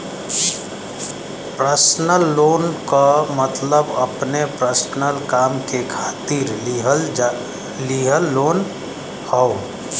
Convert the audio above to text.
personal loan क मतलब अपने पर्सनल काम के खातिर लिहल लोन हौ